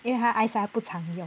因为它 eyesight 它不常用